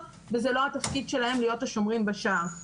וזה לא התפקיד שלהם להיות השומרים בשער.